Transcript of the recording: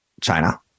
china